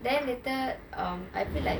then later um I feel like